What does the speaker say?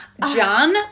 John